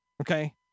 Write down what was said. Okay